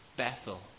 Bethel